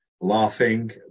laughing